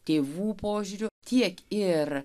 tėvų požiūriu tiek ir